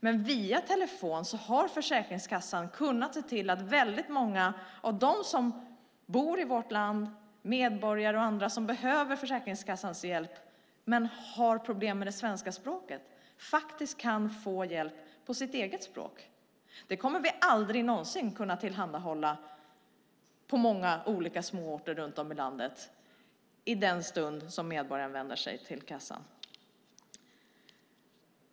Men via telefon kan Försäkringskassan se till att många av dem som bor i vårt land och som behöver Försäkringskassans hjälp men har problem med svenska språket kan få hjälp på sitt eget språk. Det kommer vi aldrig någonsin kunna tillhandahålla på många småorter i landet i den stund som medborgaren vänder sig till kassan.